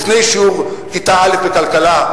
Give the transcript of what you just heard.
לפני כיתה א' בכלכלה,